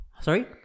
Sorry